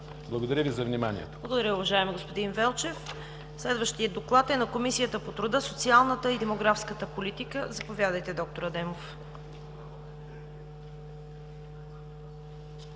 Благодаря Ви за вниманието.